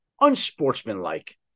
unsportsmanlike